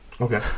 Okay